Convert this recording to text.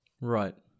Right